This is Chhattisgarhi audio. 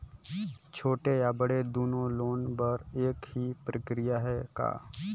छोटे या बड़े दुनो लोन बर एक ही प्रक्रिया है का?